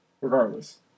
Regardless